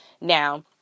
Now